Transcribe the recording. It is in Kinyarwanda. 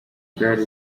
bwari